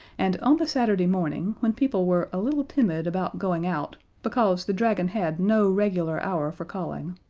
and on the saturday morning, when people were a little timid about going out, because the dragon had no regular hour for calling,